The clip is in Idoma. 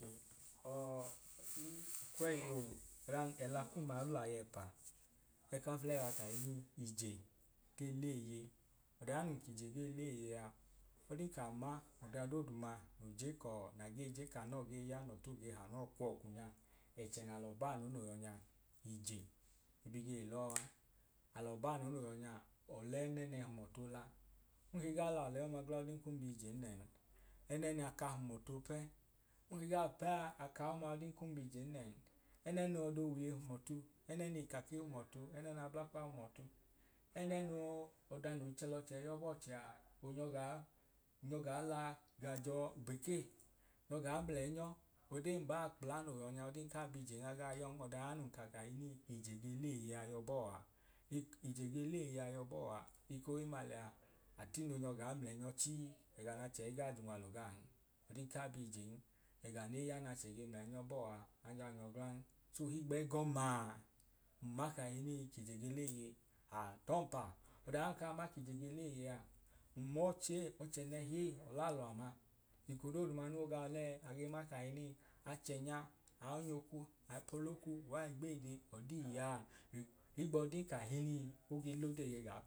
ii ọkweyi on ẹla kum a ol'aya ẹpa. Ẹka fulẹyi a kahinii ije gee leeye ọda ya nun kije gee leeye a ọdin ka ma ọda dooduma nun je kọọ na gee je ka noo gee ya nọtu oo gee hanọọ ọkwọọkwu nya a ẹchẹ na lọ baanu no yọ nya ije bi gei lọọ a. alọ baanu no yọ nya ọle ẹnẹnẹ a hum ọtu ola, nke ga la ọla ọma glan ọdin kun b'iijen nẹn, ẹnẹ n'aka hum ọtu o pẹ nke ga p'aka ọma olen kun b'ijen nẹn, ẹnẹn'ọdo wiye hum ọtu ẹnẹn'ikakẹ hum ọtu ẹnẹn'ablakpa hum ọtu ẹnẹn'ọda noi chẹ l'ọche iy'ọbọọchẹ a hum ọtu, onyọ gaa la aj'uubekee nyo gaa mlẹnyo. odee mbaa kpla no yọ nyaa ọdin ka bi ijen a gaa yọn ọdan ya nun ka kahinin ije ge leeye a yọ bọa ije ge leeyea yọ bọọa ekohimma lẹya atino nyọ gaa mlẹnyọ chii ẹga n'achẹ iga j'unwalu gaan ọdin ka biijen ẹga neya n'achẹ ge mlẹnyẹ bọọa aga nyọ glan ohigb'ẹgọmaa mma kahinii k'ije ge leeye, aa t'ọmpam, m mọọ chei ọchẹnẹhi ei ọlalọ ama eko dooduma no ga ọlee a gee ma kahinii, achẹnya, aọnyokwu, ayi p'olokwu uwai gbeede. ọdii yaa higbọdin kahinii oge lodee eyei ga